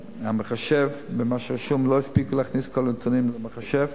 במחשב, שלא הספיקו להכניס את כל הנתונים למחשב.